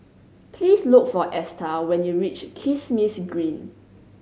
please look for Esta when you reach Kismis Green